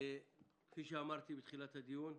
כפי שאמרתי בתחילת הדיון,